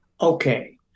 Okay